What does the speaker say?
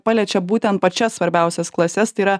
paliečia būtent pačias svarbiausias klases tai yra